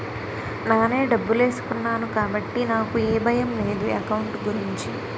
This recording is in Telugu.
నానే డబ్బులేసుకున్నాను కాబట్టి నాకు ఏ భయం లేదు ఎకౌంట్ గురించి